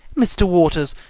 mr. waters.